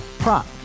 Prop